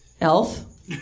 elf